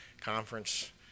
conference